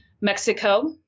Mexico